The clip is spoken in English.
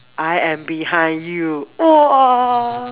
I am behind you !woah!